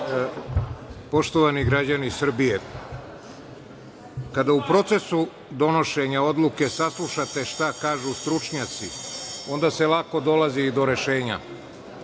Poštovani građani Srbije, kada u procesu donošenja odluke saslušate šta kažu stručnjaci, onda se lako dolazi do rešenja.